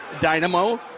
Dynamo